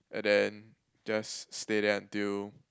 and then just stay there until